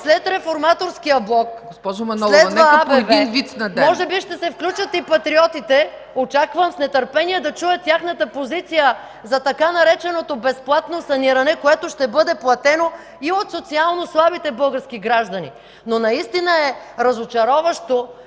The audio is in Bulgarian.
един виц на ден. МАЯ МАНОЛОВА: Може би ще се включат и патриотите. Очаквам с нетърпение да чуя тяхната позиция за така нареченото „безплатно саниране”, което ще бъде платено и от социално слабите български граждани. Наистина е разочароващо,